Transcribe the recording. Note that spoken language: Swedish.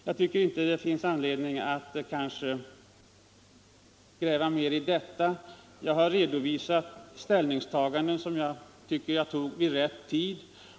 Det kanske inte finns någon anledning att gräva mer i detta. Jag har redovisat det ställningstagande som jag gjorde i rätt tid.